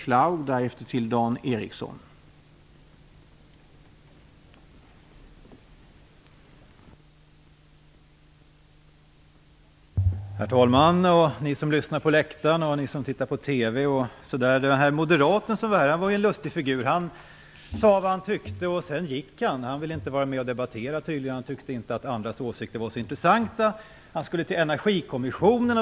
Herr talman! Ni som lyssnar på läktaren, och ni som tittar på TV! Den moderat som var här i kammaren var en lustig figur. Han sade vad han tyckte, och sedan gick han. Han vill inte vara med och debattera. Han tyckte inte att andras åsikter var så intressanta, och han skulle till Energikommissionen.